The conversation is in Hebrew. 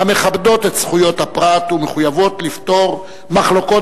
המכבדות את זכויות הפרט ומחויבות לפתור מחלוקות